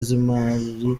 z’imari